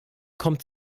kommt